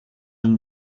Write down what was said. een